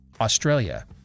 Australia